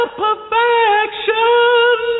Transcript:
perfection